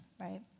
right